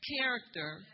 character